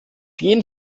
jeden